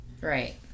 Right